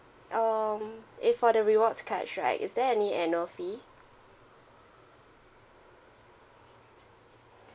um if for the rewards catch right is there any annual fee